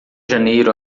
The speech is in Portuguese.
janeiro